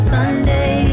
Sunday